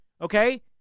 Okay